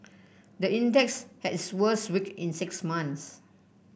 the index had its worst week in six months